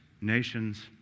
nations